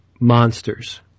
monsters